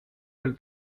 del